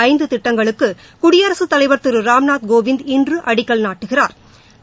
ஐந்து திட்டங்களுக்கு குடியரசுத் தலைவா் திரு ராம்நாத் கோவிந்த் இன்று அடிக்கல் நாட்டுகிறா்